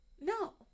No